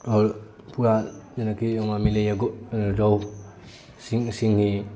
आओर पूरा जेनाकी ओमहर मिलैया रौहु सिंघी